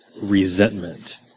resentment